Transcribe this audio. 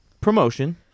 promotion